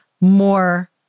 more